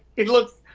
he looks,